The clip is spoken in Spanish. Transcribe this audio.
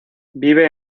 vive